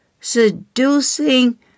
Seducing